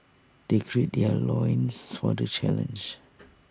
they gird their loins for the challenge